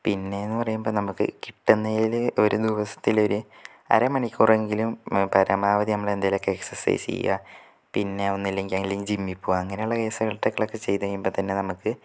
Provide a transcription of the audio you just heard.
പിന്നേന്ന് പറയുമ്പം നമുക്ക് കിട്ടുന്നതില് ഒര് ദിവസത്തിലൊര് അര മണിക്കൂറെങ്കിലും പരമാവധി നമ്മളെന്തേലുമക്കെ എക്സ്സൈസ്സ് ചെയ്യുക പിന്നെ ഒന്നുമില്ലെങ്കിൽ അല്ലെൽ ജിമ്മിൽ പോവുക അങ്ങനുള്ള കെയ്സ് കട്ട്ളകക്കെ ചെയ്തു കഴിയുമ്പം തന്നെ നമുക്ക്